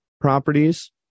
properties